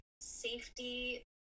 safety